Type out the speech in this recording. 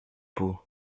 peau